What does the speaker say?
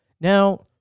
Now